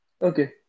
Okay